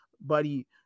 Buddy